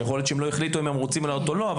שיכול להיות שהם לא החליטו אם הם רוצים לעלות או לא.